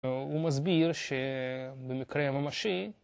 הוא מסביר שבמקרה ממשי